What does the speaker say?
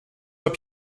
heb